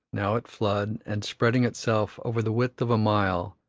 now at flood, and spreading itself over the width of a mile,